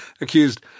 accused